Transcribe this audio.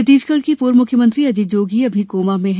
छत्तीसगढ़ के पूर्व म्ख्यमंत्री अजीत जोगी अभी भी कोमा में है